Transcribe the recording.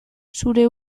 zure